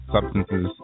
substances